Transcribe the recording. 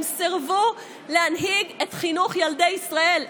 הם סירבו להנהיג את חינוך ילדי ישראל,